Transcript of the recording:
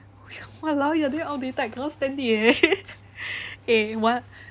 !walao! you are damn outdated I cannot stand it eh eh what